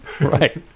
Right